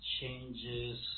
changes